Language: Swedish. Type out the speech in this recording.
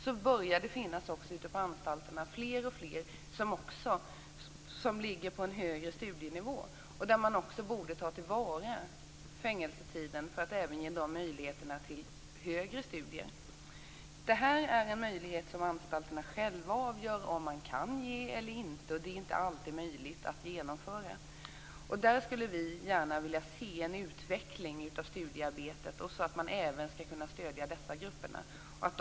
Dock börjar det också på anstalterna bli alltfler som ligger på en högre studienivå. Man borde alltså ta till vara fängelsetiden även för möjligheter till högre studier. Anstalterna själva avgör om man kan ge den möjligheten eller inte; det är ju inte alltid möjligt att genomföra det här. Vi skulle gärna vilja se en utveckling av studiearbetet och möjligheterna att stödja även personer i nämnda grupp.